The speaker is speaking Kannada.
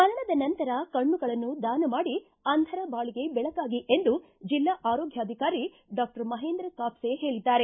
ಮರಣದ ನಂತರ ಕಣ್ಣಗಳನ್ನು ದಾನ ಮಾಡಿ ಅಂಧರ ಬಾಳಿಗೆ ಬೆಳಕಾಗಿ ಎಂದು ಜಿಲ್ಲಾ ಆರೋಗ್ಯಾಧಿಕಾರಿ ಡಾಕ್ಷರ್ ಮಹೇಂದ್ರ ಕಾಪಸೆ ಹೇಳಿದ್ದಾರೆ